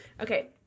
okay